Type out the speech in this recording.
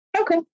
Okay